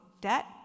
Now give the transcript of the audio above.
debt